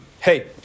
Hey